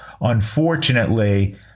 Unfortunately